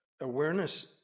awareness